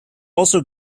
also